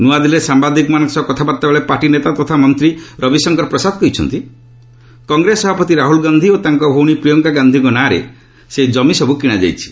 ନ୍ତଆଦିଲ୍ଲୀରେ ସାମ୍ବାଦିକମାନଙ୍କ ସହ କଥାବାର୍ତ୍ତା ବେଳେ ପାର୍ଟି ନେତା ତଥା ମନ୍ତ୍ରୀ ରବି ଶଙ୍କର ପ୍ରସାଦ କହିଛନ୍ତି କଂଗ୍ରେସ ସଭାପତି ରାହୁଲ ଗାନ୍ଧି ତାଙ୍କ ଭଉଣୀ ପ୍ରିୟଙ୍କା ଗାନ୍ଧିଙ୍କ ନାଁରେ ସେହି ଜମି କିଶାଯାଇଛି